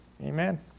Amen